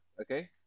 Okay